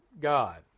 God